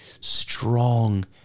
strong